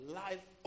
life